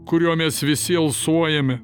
kuriuo mes visi alsuojame